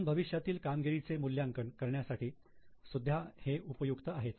म्हणून भविष्यातील कामगिरीचे मूल्यांकन करण्यासाठी सुद्धा हे उपयुक्त आहे